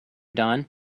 dawn